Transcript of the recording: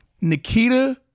Nikita